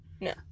No